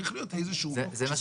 צרי להיות איזה שהוא --- וולונטרי.